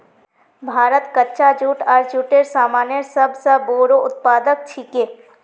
भारत कच्चा जूट आर जूटेर सामानेर सब स बोरो उत्पादक छिके